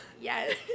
Yes